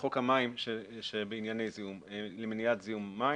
חוק המים למניעת זיהום המים,